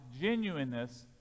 genuineness